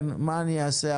כן, מה אני אעשה?